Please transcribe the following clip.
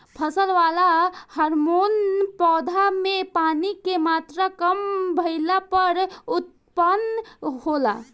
फसल वाला हॉर्मोन पौधा में पानी के मात्रा काम भईला पर उत्पन्न होला